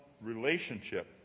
relationship